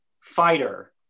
fighter